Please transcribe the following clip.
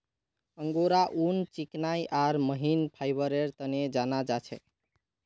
angora ऊन चिकनाई आर महीन फाइबरेर तने जाना जा छे